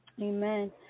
Amen